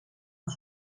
een